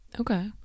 Okay